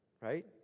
right